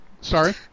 sorry